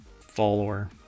follower